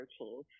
routine